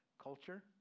culture